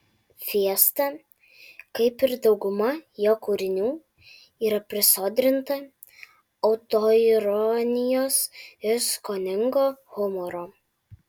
fiesta kaip ir dauguma jo kūrinių yra prisodrinta autoironijos ir skoningo humoro